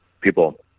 people